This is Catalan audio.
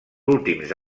últims